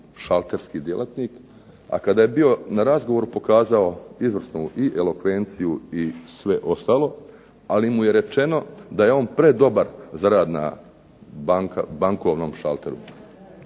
šalterski djelatnik, a kada je bio na razgovoru pokazao izvrsnu i elokvenciju i sve ostalo, ali mu je rečeno da je on predobar za rad na bankovnom šalteru.